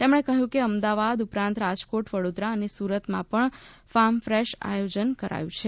તેમણે કહ્યું કે અમદાવાદ ઉપરાંત રાજકોટ વડોદરા અને સુરતમાં પણ ફાર્મ ફ્રેશનું આયોજન કરાયું છે